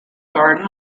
garden